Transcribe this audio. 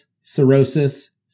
cirrhosis